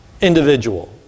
individual